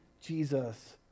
Jesus